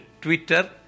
Twitter